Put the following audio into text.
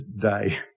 day